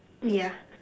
yeah